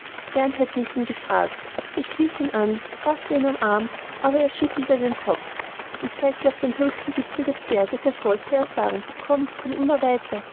gerne hätte ich ihn gefragt ich hielt ihn an faßte ihn beim arm aber er schüttelte den kopf und zeigte auf den höchsten gipfel des berges als wolle er sagen komm komm immer weiter